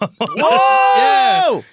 Whoa